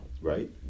right